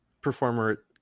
performer